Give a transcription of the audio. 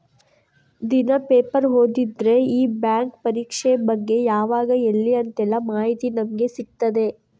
ದಿನಾ ಪೇಪರ್ ಓದಿದ್ರೆ ಈ ಬ್ಯಾಂಕ್ ಪರೀಕ್ಷೆ ಬಗ್ಗೆ ಯಾವಾಗ ಎಲ್ಲಿ ಅಂತೆಲ್ಲ ಮಾಹಿತಿ ನಮ್ಗೆ ಸಿಗ್ತದೆ